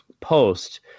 post